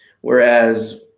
whereas